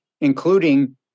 including